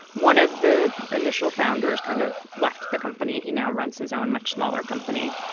one of the initial founders kind of left the company. he now runs his own much smaller company.